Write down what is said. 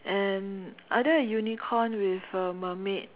and either a unicorn with a mermaid